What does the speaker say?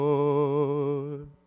Lord